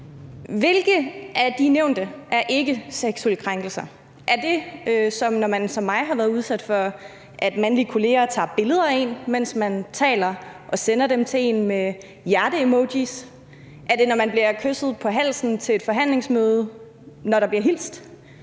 Hvilke af de nævnte eksempler er ikke seksuelle krænkelser? Er det, når man som mig har været udsat for, at mandlige kolleger tager billeder af én, mens man taler, og sender dem til en med hjerte-emojies? Er det, når man bliver kysset på halsen til et forhandlingsmøde, når der bliver hilst?